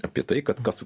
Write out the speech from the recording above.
apie tai kad kas